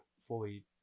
fully